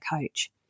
coach